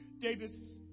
Davis